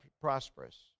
prosperous